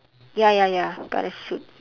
ya ya ya gonna shoot